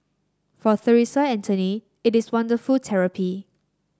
for Theresa it is wonderful therapy